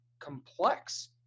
complex